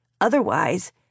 Otherwise